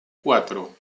cuatro